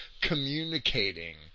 communicating